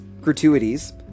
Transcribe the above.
gratuities